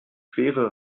schwere